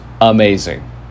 amazing